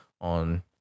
on